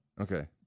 Okay